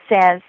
says